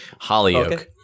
Hollyoak